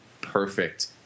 perfect